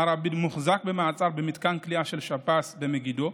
מר עביד מוחזק במעצר במתקן כליאה של שב"ס במגידו.